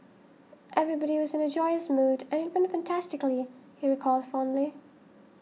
everybody was in a joyous mood and it went fantastically he recalled fondly